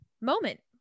moment